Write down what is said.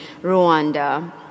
Rwanda